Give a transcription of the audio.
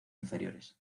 inferiores